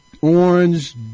orange